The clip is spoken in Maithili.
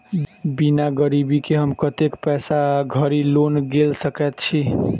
बिना गिरबी केँ हम कतेक पैसा धरि लोन गेल सकैत छी?